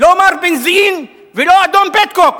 לא מר בנזין ולא אדון פטקוק.